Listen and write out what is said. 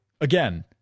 again